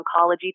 oncology